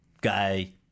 guy